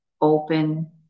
open